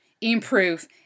improve